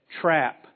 trap